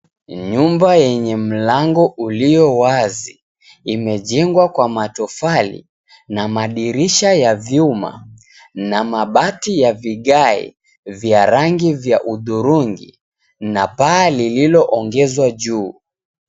Nyumba yenye mlango uliowazi, imejengwa kwa matofali na madirisha ya vyuma na mabati ya vigae, vya rangi ya hudhurungi na paa lililoongezwa juu.